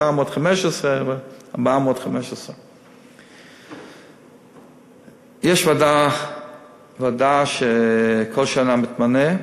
415. יש ועדה שכל שנה מתמנה.